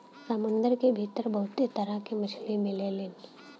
समुंदर के भीतर बहुते तरह के मछली मिलेलीन